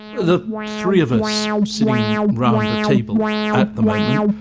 the three of us sitting round the table at the moment,